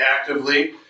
actively